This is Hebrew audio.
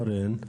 אורן,